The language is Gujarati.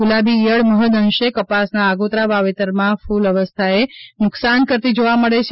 ગુલાબી ઇયળ મહૃદઅંશે કપાસનાં અગોતરા વાવેતરમાં ફલ અવસ્થાએ નુક્શાન કરતી જોવા મળે છે